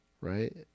Right